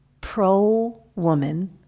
pro-woman